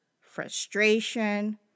frustration